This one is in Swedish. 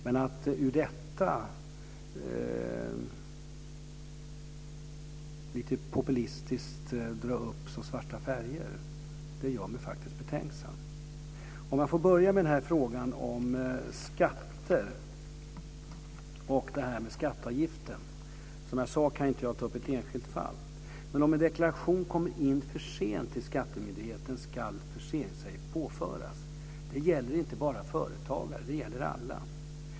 Men när man ur detta, lite populistiskt, målar upp så svarta färger gör det mig betänksam. Jag kan börja med frågan om skatter och skatteavgiften. Som jag sade kan jag inte ta upp ett enskilt fall. Om en deklaration kommer in för sent till myndigheten ska förseningsavgift påföras. Det gäller inte bara företagare, utan det gäller alla.